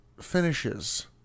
finishes